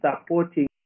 supporting